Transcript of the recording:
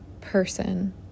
person